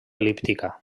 el·líptica